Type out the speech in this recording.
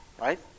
Right